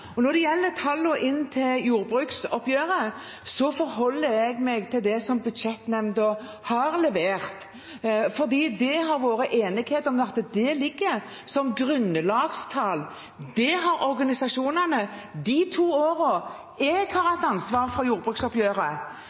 Når det gjelder tallene i jordbruksoppgjøret, forholder jeg meg til det som budsjettnemnda har levert, for det har vært enighet om at det ligger som grunnlagstall. De to årene jeg har hatt ansvaret for jordbruksoppgjøret,